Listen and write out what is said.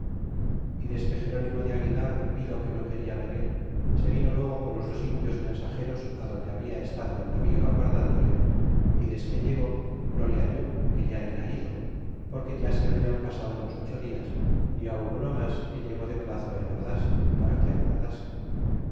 y desque el gerónimo de aguilar vido que no quena venir se vino luego con los dos indios mensageros adonde habia estado el navío aguardándole y desque llegó no le halló que ya era ido porque ya se hablan pasado los ocho dias y aun uno mas que llevó de plazo el ords para que aguardase